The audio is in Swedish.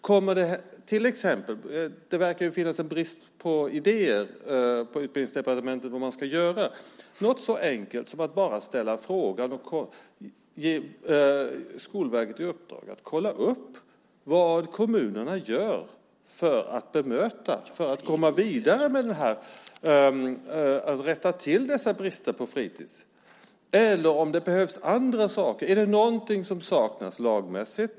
Kommer det till exempel - det verkar ju finnas en brist på idéer på Utbildningsdepartementet - något så enkelt som ett uppdrag till Skolverket att kolla vad kommunerna gör för att komma till rätta med dessa brister på fritids? Kanske behövs det andra saker. Är det någonting som saknas lagmässigt?